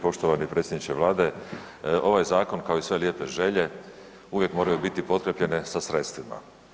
Poštovani predsjedniče Vlade, ovaj zakon kao i sve lijepe želje, uvijek moraju biti potkrijepljene sa sredstvima.